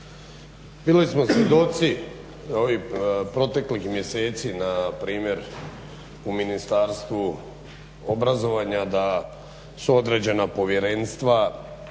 bili smo svjedoci ovih proteklih mjeseci na primjer u Ministarstvu obrazovanja da su određena povjerenstva